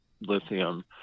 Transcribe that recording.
lithium